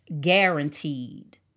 guaranteed